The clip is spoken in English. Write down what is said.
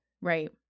right